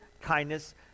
kindness